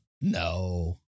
No